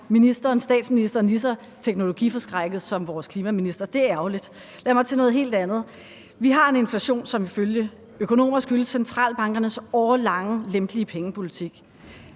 desværre er statsministeren lige så teknologiforskrækket som vores klimaminister, og det er ærgerligt. Lad mig gå over til noget helt andet. Vi har en inflation, som ifølge økonomer skyldes centralbankernes årelange lempelige pengepolitik.